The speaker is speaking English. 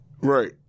Right